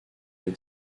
les